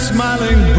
Smiling